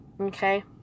Okay